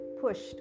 pushed